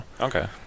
Okay